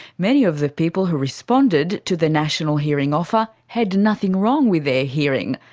many of the people who responded to the national hearing offer had nothing wrong with their hearing.